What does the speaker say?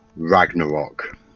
Ragnarok